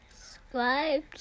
Subscribe